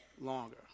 longer